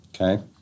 Okay